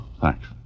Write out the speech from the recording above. thanks